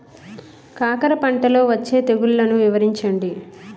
కాకర పంటలో వచ్చే తెగుళ్లను వివరించండి?